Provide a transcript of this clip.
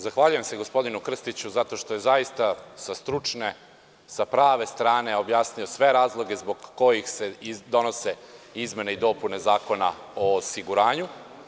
Zahvaljujem se gospodinu Krstiću zato što je zaista sa stručne, sa prve strane objasnio sve razloge zbog kojih se i donose sve izmene i dopune Zakona o osiguranju.